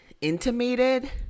intimated